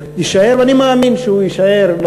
יישאר ואני מאמין שהוא יישאר,